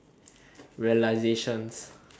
realizations